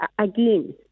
again